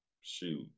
shoot